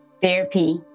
therapy